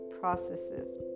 processes